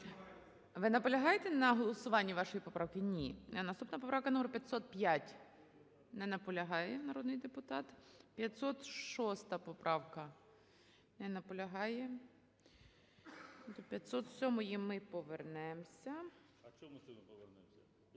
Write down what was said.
Ви наполягаєте на голосуванні вашої поправки? Ні. Наступна поправка номер 505. Не наполягає народний депутат. 506 поправка. Не наполягає. До 507-ї ми повернемося.